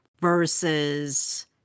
versus